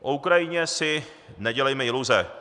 O Ukrajině si nedělejme iluze.